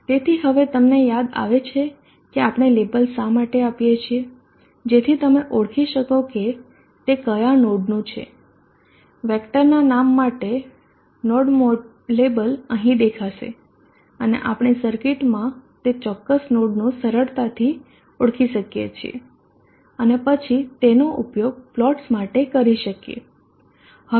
તેથી હવે તમને યાદ આવે છે કે આપણે લેબલ શા માટે આપીએ છીએ જેથી તમે ઓળખી શકો કે તે કયા નોડનું છે વેક્ટરના નામ માટે નોડ લેબલ અહીં દેખાશે અને આપણે સર્કિટમાં તે ચોક્કસ નોડને સરળતાથી ઓળખી શકીએ છીએ અને પછી તેનો ઉપયોગ પ્લોટ્સ માટે કરી શકીયે